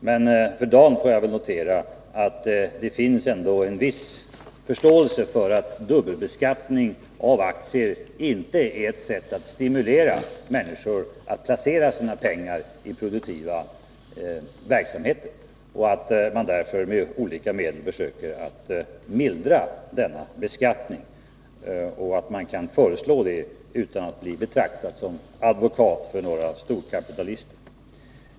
Men för dagen får jag väl notera att det ändå finns en viss förståelse för att dubbelbeskattning av aktier inte är ett sätt att stimulera människor att placera sina pengar i produktiva verksamheter och att man därför med olika medel försöker mildra denna beskattning, och att man kan föreslå det utan att bli betraktad som advokat för några storkapitalister.